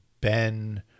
Ben